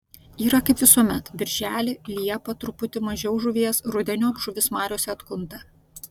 yra kaip visuomet birželį liepą truputį mažiau žuvies rudeniop žuvis mariose atkunta